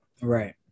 Right